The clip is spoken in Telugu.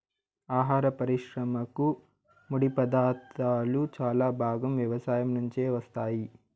ఆహార పరిశ్రమకు ముడిపదార్థాలు చాలా భాగం వ్యవసాయం నుంచే వస్తాయి